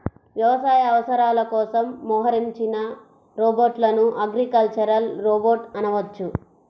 వ్యవసాయ అవసరాల కోసం మోహరించిన రోబోట్లను అగ్రికల్చరల్ రోబోట్ అనవచ్చు